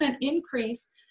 increase